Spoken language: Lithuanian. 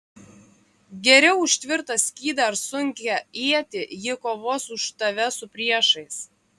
geriau už tvirtą skydą ar sunkią ietį ji kovos už tave su priešais